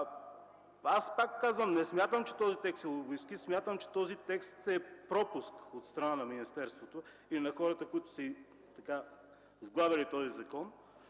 Пак казвам, не смятам, че този текст е лобистки, смятам, че този текст е пропуск от страна на министерството или на хората, които са създавали този закон,